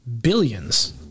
Billions